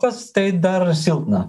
tas tai dar silpna